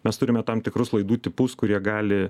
mes turime tam tikrus laidų tipus kurie gali